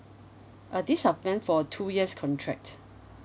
uh this are plan for two years contract